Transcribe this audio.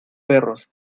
perros